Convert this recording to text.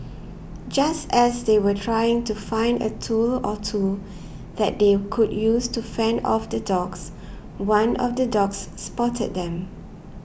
just as they were trying to find a tool or two that they could use to fend off the dogs one of the dogs spotted them